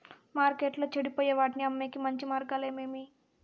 మార్కెట్టులో చెడిపోయే వాటిని అమ్మేకి మంచి మార్గాలు ఏమేమి